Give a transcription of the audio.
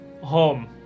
home